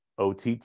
OTT